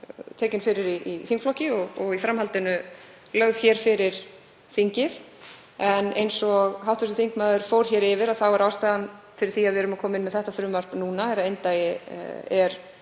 tekið fyrir í þingflokki og í framhaldinu lagt fyrir þingið. En eins og hv. þingmaður fór yfir er ástæðan fyrir því að við erum komin með þetta frumvarp núna sú að eindagi er